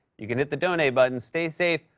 you can hit the donate button. stay safe,